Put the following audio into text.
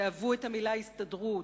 תיעבו את המלה הסתדרות,